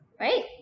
right